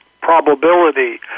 probability